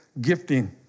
gifting